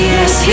Yes